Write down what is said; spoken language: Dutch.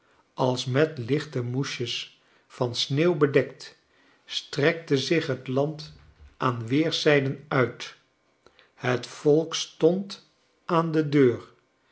als met lichte moesjes van sneeuw bedekt strekte zich het land aan weerszijden uit het volk stond aan hun deur